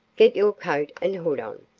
get your coat and hood on.